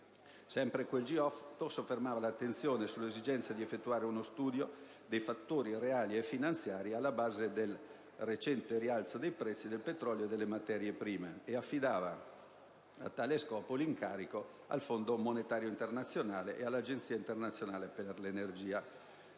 Sempre quel G8 soffermava l'attenzione sull'esigenza di effettuare uno studio dei fattori reali e finanziari alla base del rialzo dei prezzi del petrolio e delle materie prime e affidava a tale scopo l'incarico al Fondo monetario internazionale e all'Agenzia internazionale per l'energia.